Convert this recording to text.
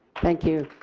thank you.